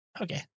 Okay